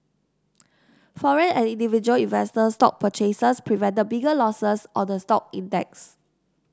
foreign and individual investor stock purchases prevented bigger losses on the stock index